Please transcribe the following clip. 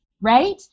right